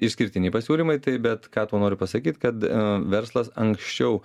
išskirtiniai pasiūlymai tai bet ką tuo noriu pasakyt kad verslas anksčiau